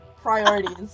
priorities